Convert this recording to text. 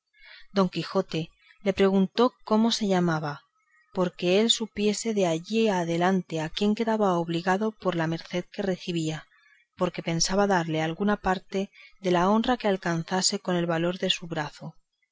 don quijote le preguntó cómo se llamaba porque él supiese de allí adelante a quién quedaba obligado por la merced recebida porque pensaba darle alguna parte de la honra que alcanzase por el valor de su brazo